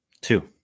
Two